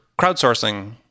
crowdsourcing